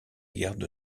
garde